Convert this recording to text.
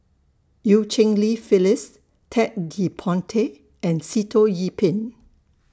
EU Cheng Li Phyllis Ted De Ponti and Sitoh Yih Pin